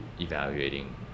evaluating